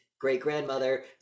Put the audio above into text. great-grandmother